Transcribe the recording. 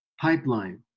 Pipeline